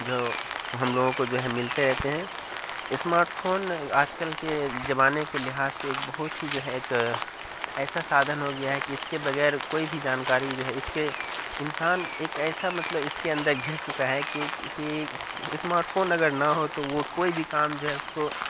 جو ہم لوگوں کو جو ہے ملتے رہتے ہیں اسمارٹ فون آج کل کے زمانے کے لحاظ سے ایک بہت ہی جو ہے ایک ایسا سادھن ہو گیا ہے کہ اس کے بغیر کوئی بھی جانکاری جو ہے اس کے انسان ایک ایسا مطلب اس کے اندر گھر چکا ہے کیوںکہ اسمارٹ فون اگر نہ ہو تو وہ کوئی بھی کام جو ہے اس کو